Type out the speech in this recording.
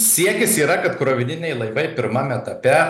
siekis yra kad krovininiai laivai pirmam etape